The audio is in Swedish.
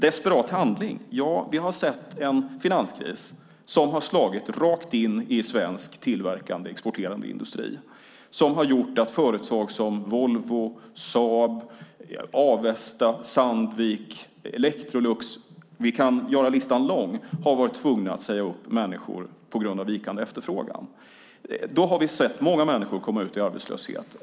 Desperat handling: Ja, vi har sett en finanskris som har slagit rakt in i svensk tillverkande exporterande industri och som har gjort att företag som Volvo, Saab, Avesta, Sandvik, Electrolux - vi kan göra listan lång - har varit tvungna att säga upp människor på grund av vikande efterfrågan. Då har vi sett många människor komma ut i arbetslöshet.